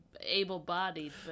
able-bodied